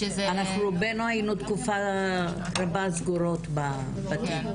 אנחנו היינו תקופה ארוכה סגורות בבתים.